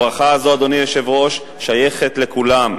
הברכה הזאת, אדוני היושב-ראש, שייכת לכולם.